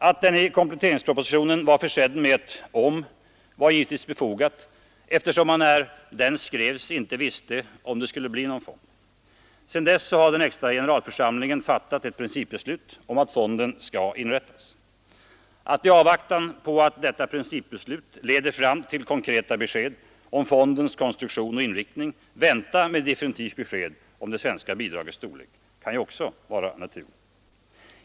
Att den i kompletteringspropositionen var försedd med ett ”om” var givetvis befogat, eftersom man när den skrevs inte visste om det skulle bli någon fond. Sedan dess har den extra generalförsamlingen fattat ett principbeslut om att fonden skall inrättas. Att i avvaktan på att man vet litet mer om fondens konstruktion och inriktning vänta med definitivt beslut om det svenska bidragets storlek kan också vara naturligt.